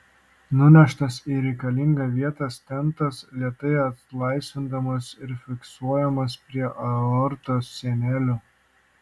nuneštas į reikalingą vietą stentas lėtai atlaisvinamas ir fiksuojamas prie aortos sienelių